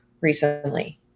recently